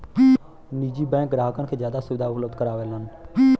निजी बैंक ग्राहकन के जादा सुविधा उपलब्ध करावलन